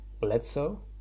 Bledsoe